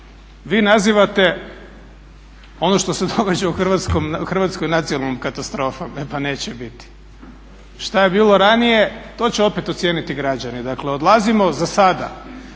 Vi nazivate ono što se događa u Hrvatskoj nacionalnom katastrofom, e pa neće biti. Šta je bilo ranije to će opet ocijeniti građani. Dakle odlazimo za sada